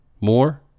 more